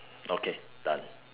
okay done